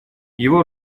его